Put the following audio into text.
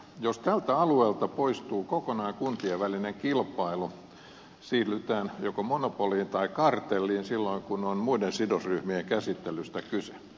jos tältä alueelta poistuu kokonaan kuntien välinen kilpailu siirrytään joko monopoliin tai kartelliin silloin kun on muiden sidosryhmien käsittelystä kyse